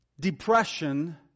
depression